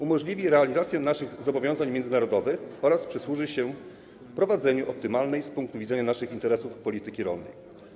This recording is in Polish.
Umożliwi realizację naszych zobowiązań międzynarodowych oraz przysłuży się prowadzeniu optymalnej z punktu widzenia naszych interesów polityki rolnej.